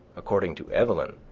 according to evelyn,